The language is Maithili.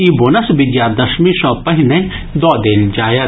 ई बोनस विजयादशमी सँ पहिनहि दऽ देल जायत